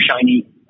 shiny